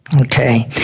Okay